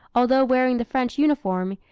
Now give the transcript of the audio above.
although wearing the french uniform,